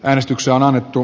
äänestyksiä on annettu